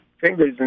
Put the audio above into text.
fingers